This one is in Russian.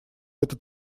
этот